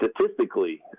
statistically